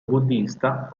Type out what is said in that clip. buddhista